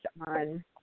on